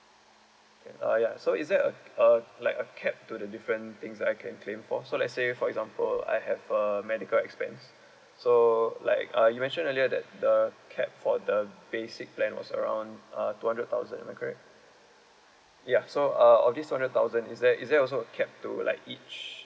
okay uh ya so is there a uh like a cap to the different things that I can claim for so let's say for example I have a medical expense so like uh you mention earlier that the cap for the basic plan was around uh two hundred thousand am I correct ya so uh are these two hundred thousand is there is there also cap to like each